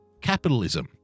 capitalism